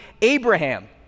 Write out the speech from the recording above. Abraham